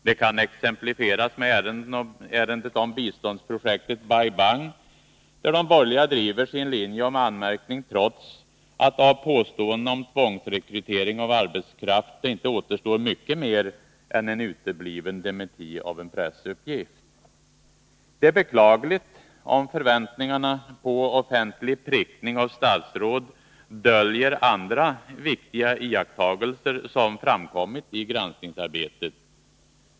Det kan exemplifieras med ärendet om biståndsprojektet Bai Bang, där de borgerliga driver sin linje om anmärkning, trots att det av påståendena om tvångsrekrytering av arbetskraft inte återstår mycket mer än en utebliven dementi av en pressuppgift. Det är beklagligt om förväntningarna på offentlig prickning av statsråd döljer andra viktiga iakttagelser som framkommit i granskningsarbetet.